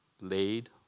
laid